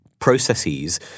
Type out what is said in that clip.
processes